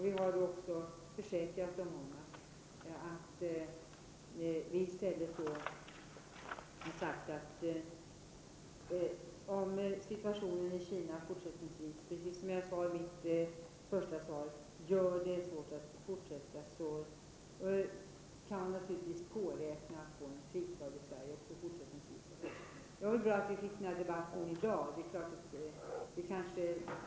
Vi har också försäkrat dem om, precis som jag sade i mitt första svar, att om situationen i Kina gör det svårt att återvända kan de påräkna att få en fristad i Sverige också fortsättningsvis. Det var bra att vi fick den här debatten i dag.